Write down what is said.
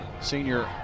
senior